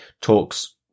talks